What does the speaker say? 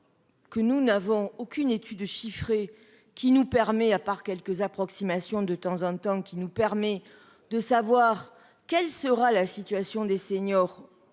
Que nous n'avons aucune étude chiffrée qui nous permet, à part quelques approximations de temps en temps qui nous permet de savoir quelle sera la situation des seniors